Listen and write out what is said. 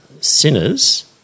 sinners